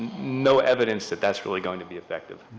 no evidence that that's really going to be effective.